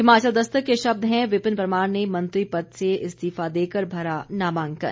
हिमाचल दस्तक के शब्द हैं विपिन परमार ने मंत्री पद से इस्तीफा देकर भरा नामांकन